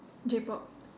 J-pop